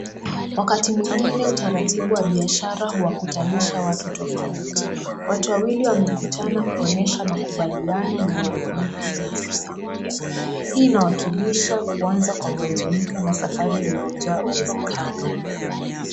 Wakati mwingine utaratibu wa biashara huwakutanisha watu fauti. Watu wawili wamekutana kuonesha makubaliano na uwaminifu na fursa mpya. Hii inawakilisha kuanza kwa mwanzo mpya na safari iliyojaa uwezekano.